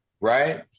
right